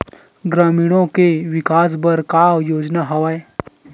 ग्रामीणों के विकास बर का योजना हवय?